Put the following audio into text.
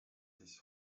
his